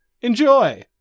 Enjoy